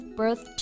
birth